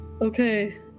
Okay